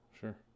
Sure